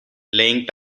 laying